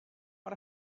per